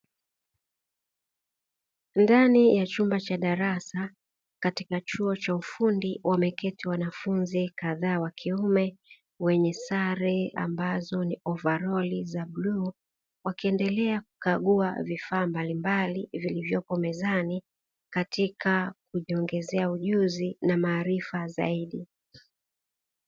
Ndani ya chumba cha darasa katika chuo cha ufundi wameketi wanafunzi kadhaa wa kiume wenye sare ambazo ni ovalori za blue wakiendelea kukagua vifaa mbalimbali vilivyopo mezani katika kujiongezea ujuzi na maarifa zaidi.